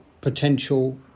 potential